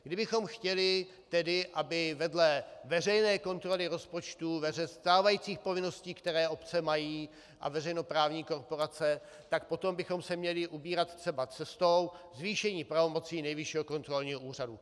Kdybychom chtěli tedy, aby vedle veřejné kontroly rozpočtů, vedle stávajících povinností, které mají obce a veřejnoprávní korporace, tak potom bychom se měli ubírat třeba cestou zvýšení pravomocí Nejvyššího kontrolního úřadu.